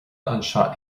anseo